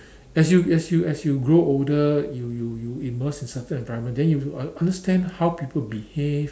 as you as you as you grow older you you you immerse yourself in an environment then you un~ understand how people behave